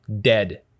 dead